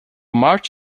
march